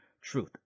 truth